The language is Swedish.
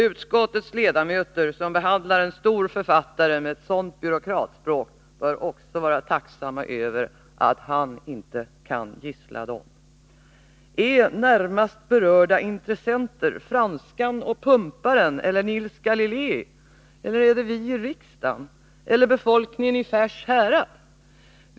Utskottets ledamöter, som behandlar en stor författare med sådant byråkratspråk, bör också vara tacksamma över att han inte kan gissla dem. Är ”närmast berörda intressenter” Franskan och Pumparen eller Nils Galilei, eller är det vi i riksdagen, eller befolkningen i Färs härad?